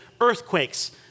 earthquakes